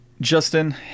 Justin